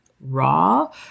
raw